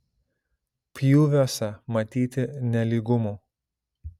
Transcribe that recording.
pjūviuose matyti nelygumų